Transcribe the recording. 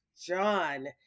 John